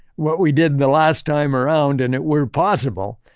what we did the last time around and it were possible,